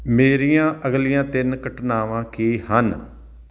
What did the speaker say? ਮੇਰੀਆਂ ਅਗਲੀਆਂ ਤਿੰਨ ਘਟਨਾਵਾਂ ਕੀ ਹਨ